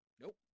Nope